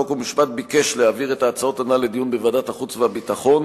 חוק ומשפט ביקש להעביר את ההצעות הנ"ל לדיון בוועדת החוץ והביטחון,